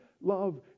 love